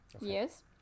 yes